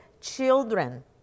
children